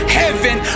heaven